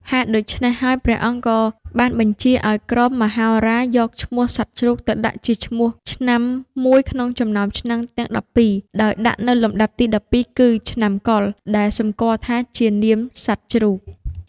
ហេតុដូច្នេះហើយ ព្រះអង្គក៏បានបញ្ជាឱ្យក្រុមហោរាយកឈ្មោះសត្វជ្រូក ទៅដាក់ជាឈ្មោះឆ្នាំមួយក្នុងចំណោមឆ្នាំទាំងដប់ពីរ ដោយដាក់នៅលំដាប់ទី១២ គឺ ឆ្នាំកុរ ដែលសម្គាល់ថាជានាមសត្វជ្រូក។